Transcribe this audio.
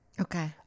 Okay